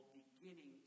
beginning